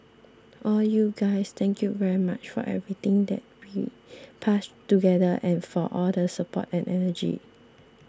all you guys thank you very much for everything that we passed together and for all the support and energy